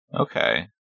Okay